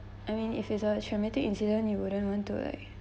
I mean if is a traumatic incident you wouldn't want to like